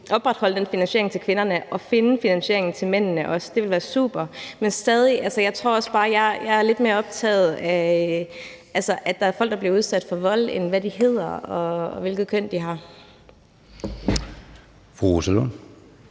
opretholde den finansiering til kvinderne og finde finansieringen til mændene også. Det ville være super. Men stadig tror jeg, at jeg er lidt mere optaget af, at der er folk, der bliver udsat for vold, end hvad de hedder og hvilket køn de har. Kl.